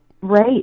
Right